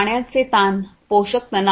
पाण्याचे ताण पोषक तणाव